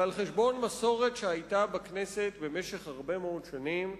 ועל חשבון מסורת שהיתה בכנסת במשך הרבה מאוד שנים,